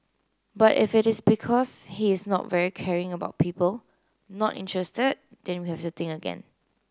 but if it is because he is not very caring about people not interested then we have to think again